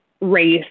race